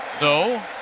No